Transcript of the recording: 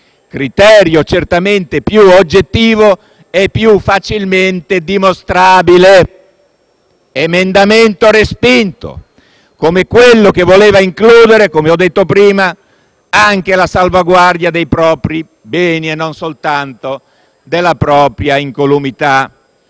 criterio certamente più oggettivo e più facilmente dimostrabile. Anche questo emendamento è stato respinto, come quello che voleva includere - come ho detto prima - anche la salvaguardia dei propri beni e non soltanto della propria incolumità.